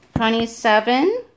Twenty-seven